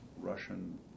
Russian